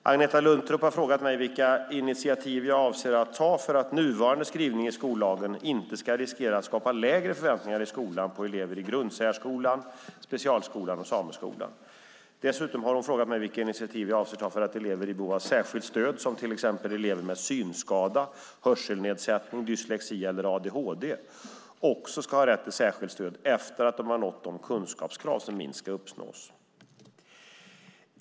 Herr talman! Agneta Luttropp har frågat mig vilka initiativ jag avser att ta för att nuvarande skrivning i skollagen inte ska riskera att skapa lägre förväntningar i skolan på elever i grundsärskolan, specialskolan och sameskolan. Dessutom har hon frågat mig vilka initiativ jag avser att ta för att elever i behov av särskilt stöd, till exempel elever med synskada, hörselnedsättning, dyslexi eller adhd, också ska ha rätt till särskilt stöd efter att de nått de kunskapskrav som minst ska uppnås.